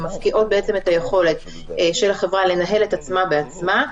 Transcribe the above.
שמפקיעות בעצם את היכולת של החברה לנהל את עצמה בעצמה,